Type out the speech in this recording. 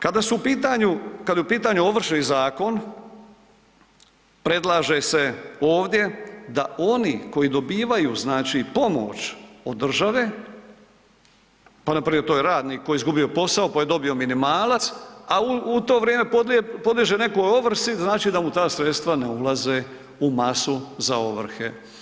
Kada su u pitanju, kad je u pitanju Ovršni zakon predlaže se ovdje da oni koji dobivaju znači pomoć od države, pa npr. to je radnik koji je izgubio posao, pa je dobio minimalac, a u to vrijeme podliježe nekoj ovrsi, znači da mu ta sredstva ne ulaze u masu za ovrhe.